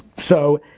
so,